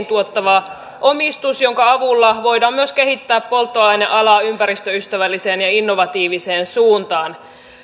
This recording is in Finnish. tuottava omistus jonka avulla voidaan myös kehittää polttoainealaa ympäristöystävälliseen ja innovatiiviseen suuntaan